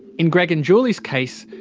in greg and julie's case,